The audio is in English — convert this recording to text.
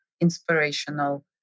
inspirational